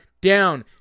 Down